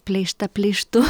pleištą pleištu